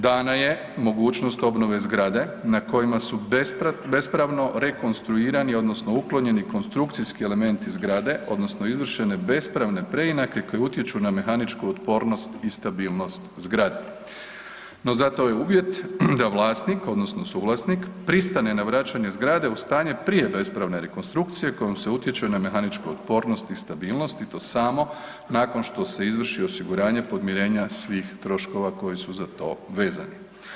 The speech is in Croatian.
Dana je mogućnost obnove zgrade na kojima su bespravno rekonstruirani, odnosno uklonjeni konstrukcijski elementi zgrade, odnosno izvršene bespravne preinake koje utječu na mehaničku otpornost i stabilnost zgrade, to zato je uvjet da vlasnik, odnosno suvlasnik pristane na vraćanje zgrade u stanje prije bespravne rekonstrukcije kojom se utječe na mehaničku otpornost i stabilnost i to samo nakon što se izvrši osiguranje podmirenja svih troškova koji su za to vezani.